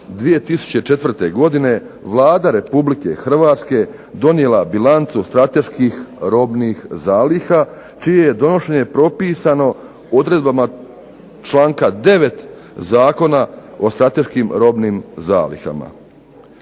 2004. godine Vlada Republike Hrvatske donijela bilancu strateških robnih zaliha čije je donošenje propisano odredbama članka 9. Zakona o strateškim robnim zalihama.